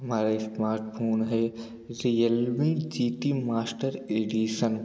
हमारा smart phone है Realme G T master Edison